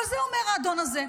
אבל את זה אומר האדון הזה.